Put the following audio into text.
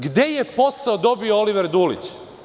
Gde je posao dobio Oliver Dulić?